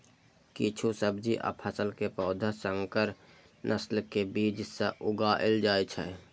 किछु सब्जी आ फसल के पौधा संकर नस्ल के बीज सं उगाएल जाइ छै